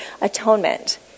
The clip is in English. atonement